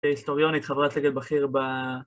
היסטוריונית חברת סגל בכיר ב...